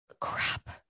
crap